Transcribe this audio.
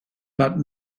but